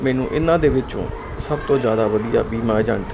ਮੈਨੂੰ ਇਹਨਾਂ ਦੇ ਵਿੱਚੋਂ ਸਭ ਤੋਂ ਜਿਆਦਾ ਵਧੀਆ ਬੀਮਾ ਏਜੰਟ